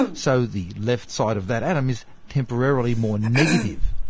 so the left side of that atom is temporarily more negative.